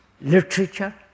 literature